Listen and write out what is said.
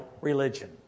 religion